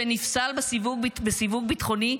שנפסל בסיווג ביטחוני,